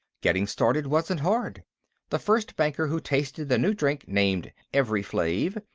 getting started wasn't hard the first banker who tasted the new drink-named evri-flave,